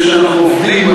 מפני שאנחנו עובדים,